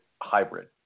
hybrid